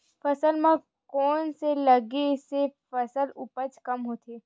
फसल म कोन से लगे से फसल उपज कम होथे?